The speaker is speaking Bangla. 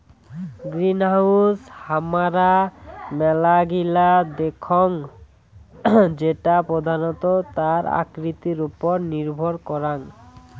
গ্রিনহাউস হামারা মেলা গিলা দেখঙ যেটা প্রধানত তার আকৃতির ওপর নির্ভর করাং